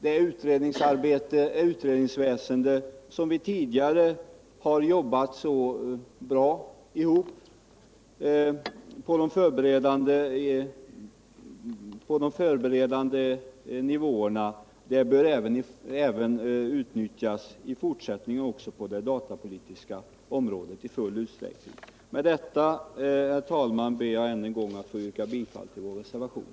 Det utredningsväsende där vi tidigare jobbat så bra ihop på förberedande nivåer bör utnyttjas i full utsträckning också på det datapolitiska området i fortsättningen. Med detta, herr talman, ber jag än en gång att få yrka bifall till vår reservation.